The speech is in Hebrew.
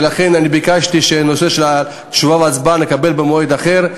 ולכן אני ביקשתי שתשובה והצבעה יהיו במועד אחר,